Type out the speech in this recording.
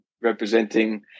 representing